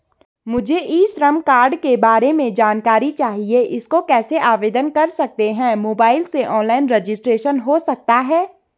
मुझे e Shram card के बारे में जानकारी चाहिए इसको कैसे आवेदन कर सकते हैं मोबाइल से ऑनलाइन रजिस्ट्रेशन हो सकता है?